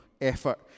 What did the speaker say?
effort